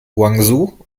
guangzhou